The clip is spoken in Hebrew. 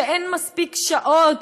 שאין מספיק שעות,